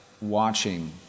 watching